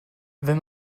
wenn